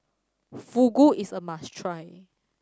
fugu is a must try